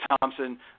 Thompson